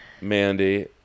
Mandy